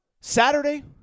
Saturday